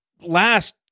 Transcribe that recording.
last